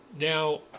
Now